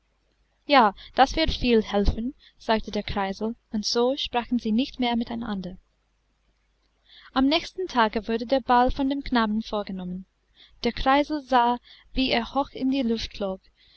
ja das wird viel helfen sagte der kreisel und so sprachen sie nicht mehr mit einander am nächsten tage wurde der ball von dem knaben vorgenommen der kreisel sah wie er hoch in die luft flog